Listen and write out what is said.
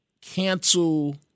cancel